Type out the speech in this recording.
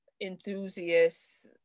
enthusiasts